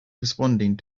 responding